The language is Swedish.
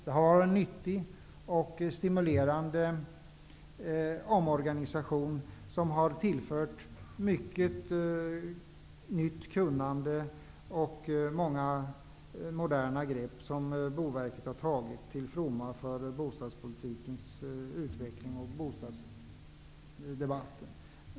Det har varit en nyttig och stimulerande omorganisation som har tillfört mycket nytt kunnande och många moderna grepp till fromma för bostadspolitikens utveckling och för bostadsdebatten.